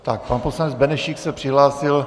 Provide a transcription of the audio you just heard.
Tak pan poslanec Benešík se přihlásil.